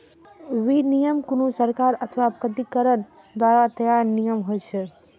विनियम कोनो सरकार अथवा प्राधिकरण द्वारा तैयार नियम होइ छै